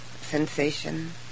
sensation